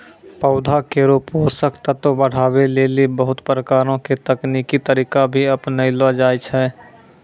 पौधा केरो पोषक तत्व बढ़ावै लेलि बहुत प्रकारो के तकनीकी तरीका भी अपनैलो जाय छै